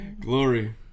Glory